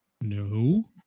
no